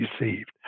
received